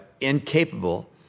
incapable